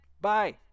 Bye